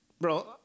Bro